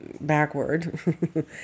backward